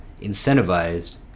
incentivized